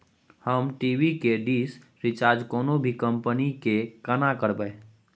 हम टी.वी के dish recharge कोनो भी कंपनी के केना करबे?